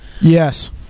yes